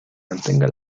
mantenga